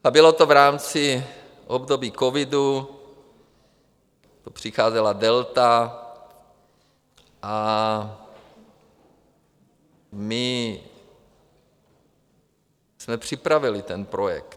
A bylo to v rámci období covidu, to přicházela delta a my jsme připravili ten projekt.